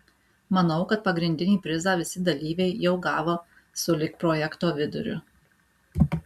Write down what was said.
manau kad pagrindinį prizą visi dalyviai jau gavo sulig projekto viduriu